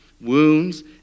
wounds